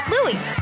Louis